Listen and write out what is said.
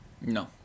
no